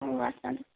ହଉ ଆସନ୍ତୁ